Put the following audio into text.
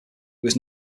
was